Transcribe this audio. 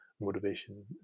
motivation